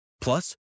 Plus